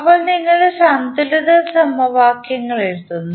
അപ്പോൾ നിങ്ങൾ സന്തുലിത സമവാക്യങ്ങൾ എഴുതുന്നു